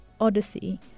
Odyssey